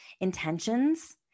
intentions